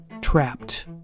Trapped